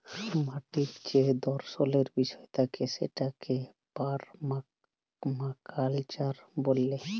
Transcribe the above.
মাটির যে দর্শলের বিষয় থাকে সেটাকে পারমাকালচার ব্যলে